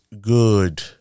good